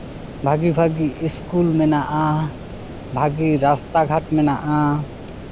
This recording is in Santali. ᱵᱷᱟᱜᱮ ᱵᱷᱟᱜᱮ ᱥᱠᱩᱞ ᱢᱮᱱᱟᱜᱼᱟ ᱵᱷᱟᱹᱜᱮ ᱨᱟᱥᱛᱟ ᱜᱷᱟᱴ ᱢᱮᱱᱟᱜᱼᱟ